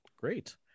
Great